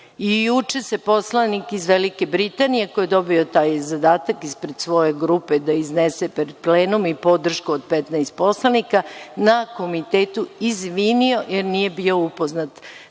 Juče se poslanik iz Velike Britanije, koji je dobio taj zadatak ispred svoje grupe da iznese pred plenum i podršku od 15 poslanika, na Komitetu izvinio, jer nije bio upoznat, detaljno,